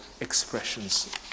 expressions